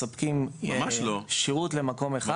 מספיקים שירות למקום אחד.